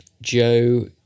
Joe